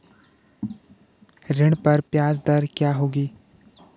ऋण पर ब्याज दर क्या होगी?